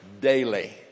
daily